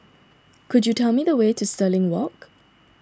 could you tell me the way to Stirling Walk